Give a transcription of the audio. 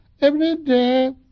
everyday